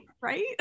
right